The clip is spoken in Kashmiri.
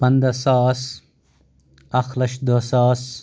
پنٛدہ ساس اکھ لچھ دہ ساس